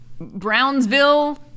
Brownsville